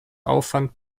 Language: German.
aufwand